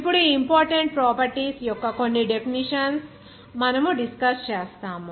ఇప్పుడు ఈ important properties యొక్క కొన్ని డెఫినిషన్స్ మనము డిస్కస్ చేస్తాము